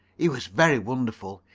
he was very wonderful.